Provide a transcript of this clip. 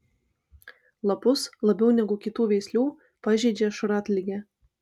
lapus labiau negu kitų veislių pažeidžia šratligė